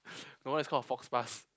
my one is called a faux pas